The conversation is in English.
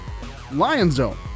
Lionzone